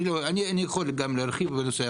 אני יכול גם להרחיב בנושא,